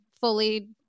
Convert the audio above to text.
fully